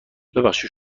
ببخشید